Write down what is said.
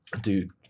Dude